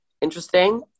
interesting